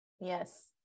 Yes